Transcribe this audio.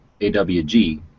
AWG